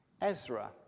Ezra